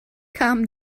kam